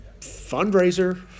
Fundraiser